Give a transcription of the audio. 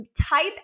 type